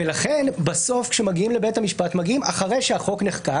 לכן בסוף כשמגיעים לבית המשפט מגיעים אחרי שהחוק נחקק,